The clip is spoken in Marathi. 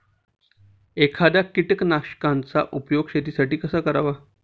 एखाद्या कीटकनाशकांचा उपयोग शेतीसाठी कसा करावा?